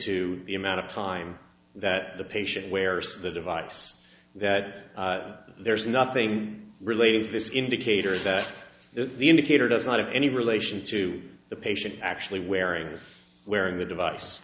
to the amount of time that the patient wears the device that there's nothing related to this indicator that the indicator does not have any relation to the patient actually wearing wearing the device